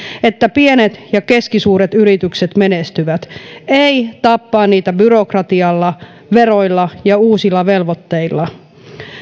että pienet ja keskisuuret yritykset menestyvät ei tappaa niitä byrokratialla veroilla ja uusilla velvoitteilla